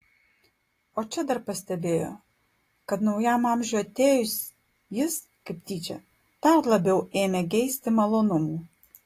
o čia dar pastebėjo kad naujam amžiui atėjus jis kaip tyčia dar labiau ėmė geisti malonumų